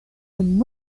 and